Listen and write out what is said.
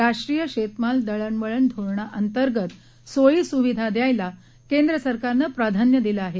राष्ट्रीय शेतमाल दळण वळण धोरणा अंतर्गत सोयी सुविधा द्यायला केंद्र सरकारनं प्राधान्य दिलं आहे